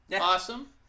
awesome